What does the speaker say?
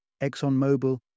ExxonMobil